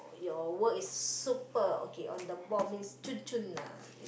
your work is super okay on the ball means chun chun ah